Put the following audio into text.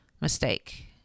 mistake